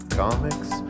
comics